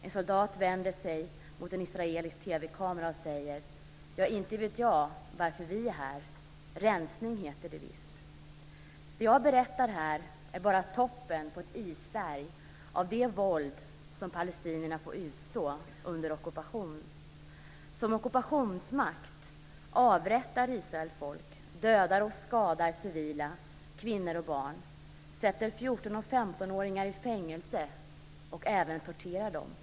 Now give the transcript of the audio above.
En soldat vänder sig mot en israelisk TV-kamera och säger: Inte vet jag varför vi är här. Rensning heter det visst. Det som jag berättar här är bara toppen på ett isberg av det våld som palestinierna får utstå under ockupation. Som ockupationsmakt avrättar Israel folk, dödar och skadar civila, kvinnor och barn och sätter 14 och 15-åringar i fängelse och torterar dem även.